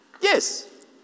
Yes